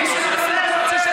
אפילו ממך,